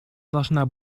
должна